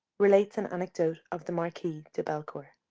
relates an anecdote of the marquis de bellecourt.